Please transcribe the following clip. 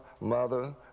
mother